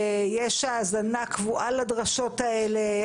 יש האזנה קבועה לדרשות האלה?